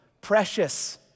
precious